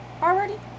already